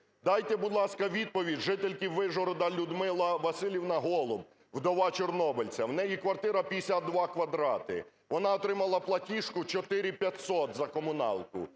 Дайте, будь ласка, відповідь жительці Вишгорода: Людмила Василівна Голуб, вдова чорнобильця. У неї квартира 52 квадрати. Вона отримала платіжку 4500 за комуналку.